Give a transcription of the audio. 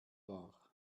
war